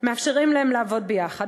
מאפשרים להם לעבוד ביחד.